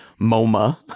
MoMA